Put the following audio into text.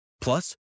Plus